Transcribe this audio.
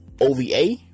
OVA